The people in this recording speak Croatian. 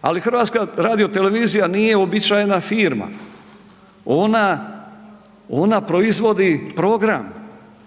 Ali HRT nije uobičajena firma, ona proizvodi program,